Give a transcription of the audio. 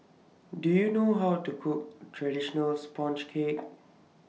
Do YOU know How to Cook Traditional Sponge Cake